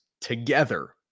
together